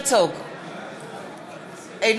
על השאהיד יעקוב אבו אלקיעאן.